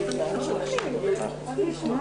הישיבה